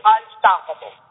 Unstoppable